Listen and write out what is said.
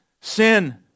sin